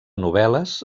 novel·les